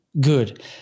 good